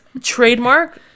Trademark